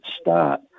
start